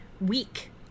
week